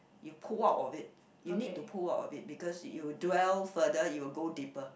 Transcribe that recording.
you pull out of it you need to pull out of it because you dwell further it will go deeper